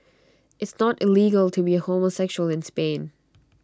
it's not illegal to be A homosexual in Spain